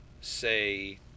say